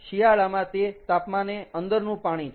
શિયાળામાં તે તાપમાને અંદરનું પાણી છે